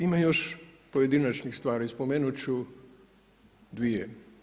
Ima još pojedinačnih stvar, spomenut ću dvije.